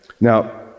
Now